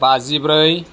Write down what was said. बाजिब्रै